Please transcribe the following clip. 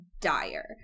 dire